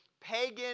pagan